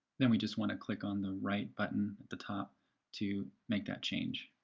then we just want to click on the write button at the top to make that change.